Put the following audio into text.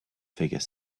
figure